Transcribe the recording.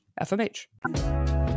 fmh